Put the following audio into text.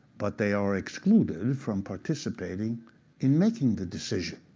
but they are excluded from participating in making the decision.